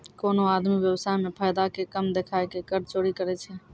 कोनो आदमी व्य्वसाय मे फायदा के कम देखाय के कर चोरी करै छै